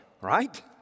right